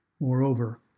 Moreover